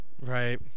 Right